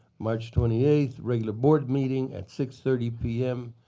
march twenty eight, regular board meeting at six thirty p m.